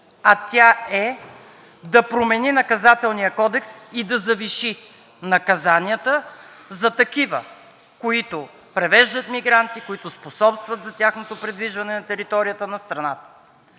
а тя е да промени Наказателния кодекс и да завиши наказанията за такива, които превеждат мигранти, които способстват за тяхното придвижване на територията на страната.